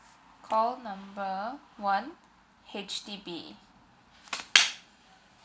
call number one H_D_B